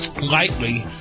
lightly